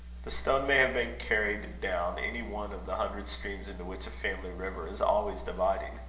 the stone may have been carried down any one of the hundred streams into which a family river is always dividing.